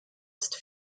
ist